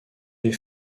les